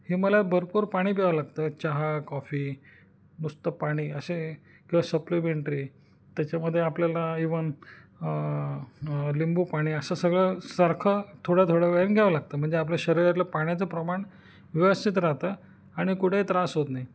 हिमालयात भरपूर पाणी प्यावं लागतं चहा कॉफी नुसतं पाणी असे किंवा सप्लिमेंटरी त्याच्यामध्ये आपल्याला इव्हन लिंबू पाणी अस सगळं सारखं थोड्या थोड्या वेळानं घ्यावं लागतं म्हणजे आपल्या शरीरातलं पाण्याचं प्रमाण व्यवस्थित राहतं आणि कुठेही त्रास होत नाही